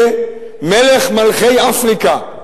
כ"מלך מלכי אפריקה"